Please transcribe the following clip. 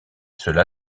cela